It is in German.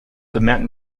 bemerken